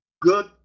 good